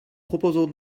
proposons